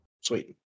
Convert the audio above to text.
Sweet